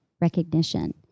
recognition